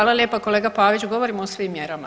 Hvala lijepa kolega Pavić govorimo o svim mjerama.